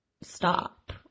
stop